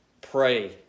pray